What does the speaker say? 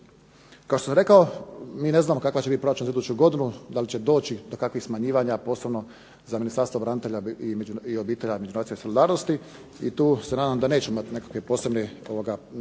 Kao što sam rekao mi ne znamo kakav će biti proračun za iduću godinu da li će doći do kakvih smanjivanja, a posebno za Ministarstvo branitelja i obitelji i međugeneracijske solidarnosti. I tu se nadam da nećemo imati nekakve posebne